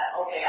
okay